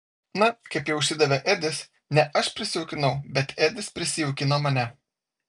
na kaip jau išsidavė edis ne aš prisijaukinau bet edis prisijaukino mane